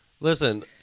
Listen